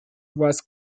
was